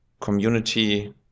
community